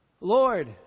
Lord